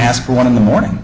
ask for one in the morning